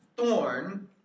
thorn